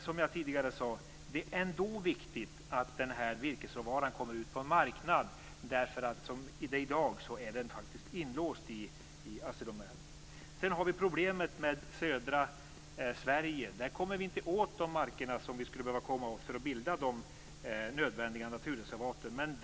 Som jag tidigare sade är det ändå viktigt att den här virkesråvaran kommer ut på en marknad. Som det är i dag är den faktiskt inlåst i Assi Domän. Där kommer vi inte åt de marker vi skulle behöva komma åt för att bilda de nödvändiga naturreservaten.